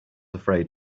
afraid